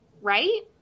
right